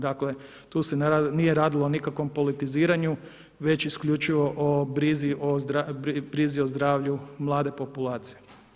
Dakle, tu se nije radilo o nikakvom politiziranju već isključivo o brizi o zdravlju mlade populacije.